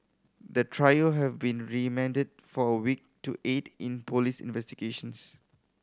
the trio have been remanded for a week to aid in police investigations